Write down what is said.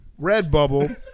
Redbubble